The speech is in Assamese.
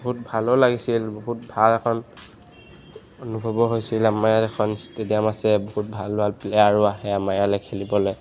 বহুত ভালো লাগিছিল বহুত ভাল এখন অনুভৱো হৈছিল আমাৰ ইয়াত এখন ষ্টেডিয়াম আছে বহুত ভাল ভাল প্লেয়াৰো আহে আমাৰ ইয়ালৈ খেলিবলৈ